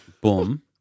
Boom